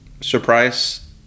surprise